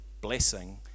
blessing